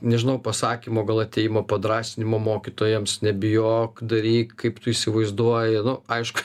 nežinau pasakymo gal atėjimo padrąsinimo mokytojams nebijok daryk kaip tu įsivaizduoji nu aišk